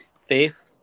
Faith